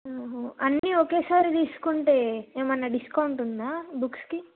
అన్నీ ఒకేసారి తీసుకుంటే ఏమన్న డిస్కౌంట్ ఉందా బుక్స్కి